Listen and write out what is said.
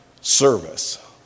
service